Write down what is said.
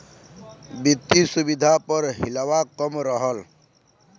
वित्तिय सुविधा प हिलवा कम रहल